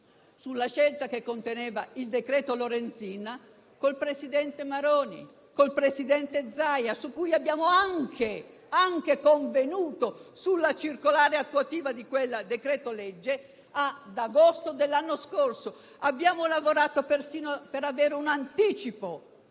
sulla scelta contenuta nel decreto Lorenzin, con il presidente Maroni e con il presidente Zaia, con cui abbiamo anche convenuto sulla circolare attuativa di quel decreto-legge, ad agosto dell'anno scorso. Abbiamo lavorato persino per avere un anticipo,